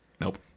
Nope